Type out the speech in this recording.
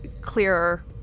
clearer